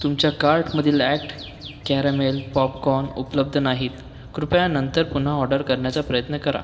तुमच्या कार्टमधील act caramel popcorn उपलब्ध नाहीत कृपया नंतर पुन्हा ऑडर करण्याचा प्रयत्न करा